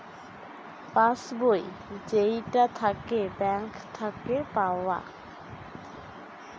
pass বই যেইটা থাকে ব্যাঙ্ক থাকে পাওয়া